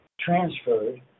transferred